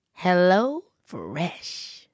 HelloFresh